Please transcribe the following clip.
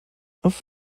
auf